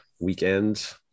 weekend